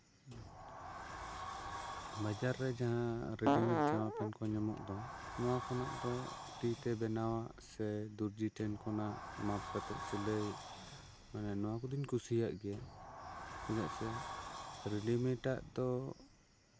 ᱵᱟᱡᱟᱨ ᱨᱮ ᱡᱟᱦᱟᱸ ᱨᱮᱰᱤᱢᱮᱰ ᱡᱟᱢᱟᱯᱮᱱᱴ ᱠᱚ ᱧᱟᱢᱚᱜ ᱫᱚ ᱱᱚᱣᱟ ᱠᱷᱚᱱᱟᱜ ᱫᱚ ᱛᱤ ᱛᱮ ᱵᱮᱱᱟᱣᱟᱜ ᱥᱮ ᱫᱚᱨᱡᱤ ᱴᱷᱮᱱ ᱠᱷᱚᱱᱟᱜ ᱢᱟᱯ ᱠᱟᱛᱮᱜ ᱥᱤᱞᱟᱹᱭ ᱢᱟᱱᱮ ᱱᱚᱣᱟ ᱠᱚᱫᱚᱧ ᱠᱩᱥᱤᱭᱟᱜ ᱜᱮᱭᱟ ᱪᱮᱫᱟᱜ ᱥᱮ ᱨᱮᱰᱤᱢᱮᱰᱟᱜ ᱫᱚ